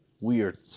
weird